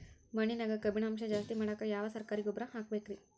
ಮಣ್ಣಿನ್ಯಾಗ ಕಬ್ಬಿಣಾಂಶ ಜಾಸ್ತಿ ಮಾಡಾಕ ಯಾವ ಸರಕಾರಿ ಗೊಬ್ಬರ ಹಾಕಬೇಕು ರಿ?